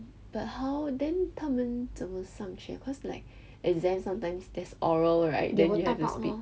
but how then 他们怎么上学 cause like exams sometimes there's oral right then you have to speak